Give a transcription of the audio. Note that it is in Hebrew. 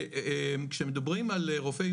כשמדברים על רופאי